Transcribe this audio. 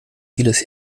vieles